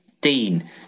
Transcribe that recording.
Dean